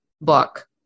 book